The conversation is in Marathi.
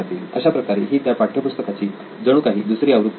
अशाप्रकारे ही त्या पाठ्यपुस्तकाची जणूकाही दुसरी आवृत्ती असेल